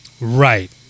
Right